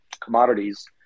commodities